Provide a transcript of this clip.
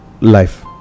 life